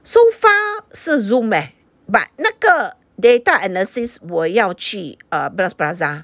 so far 是 Zoom eh but 那个 data analysis 我要去 err Bras Basah